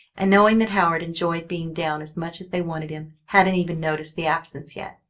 and knowing that howard enjoyed being down as much as they wanted him, hadn't even noticed the absence yet.